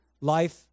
life